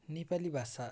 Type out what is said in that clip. नेपाली भाषा